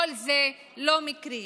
כל זה לא מקרי.